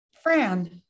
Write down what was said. Fran